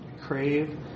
crave